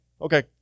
okay